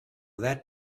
that